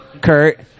Kurt